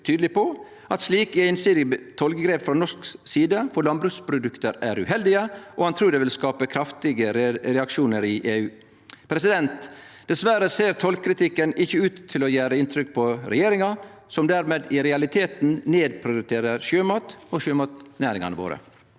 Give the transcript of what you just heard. tydeleg på at slike einsidige tollgrep frå norsk side for landbruksprodukt er uheldige, og han trur det vil skape kraftige reaksjonar i EU. Dessverre ser ikkje tollkritikken ut til å gjere inntrykk på regjeringa, som dermed i realiteten nedprioriterer sjømat og sjømatnæringane våre.